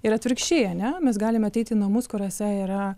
ir atvirkščiai ane mes galime ateiti į namus kuriuose yra